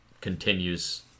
continues